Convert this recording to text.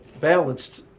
balanced